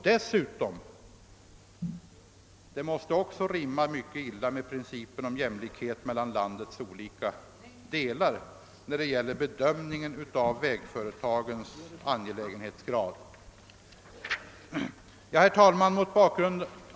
Dessutom rimmar det hela illa med principen om jämlikhet mellan landets olika delar vid bedömningen av vägföretagens angelägenhetsgrad. Herr talman!